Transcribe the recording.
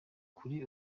kuri